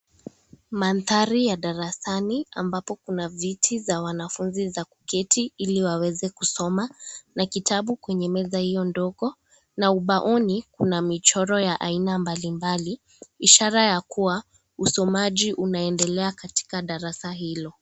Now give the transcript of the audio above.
Mandhari ya darasani ambapo kuna viti za wanafunzi za kuketi ili waweze kusoma na kitabu kwenye meza iyo ndogo na ubaoni kuna michoro ya aina mbalimbali ishara ya kua usomaji unaendelea katiaka darasa hilo.